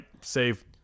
save